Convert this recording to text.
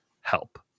help